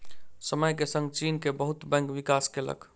समय के संग चीन के बहुत बैंक विकास केलक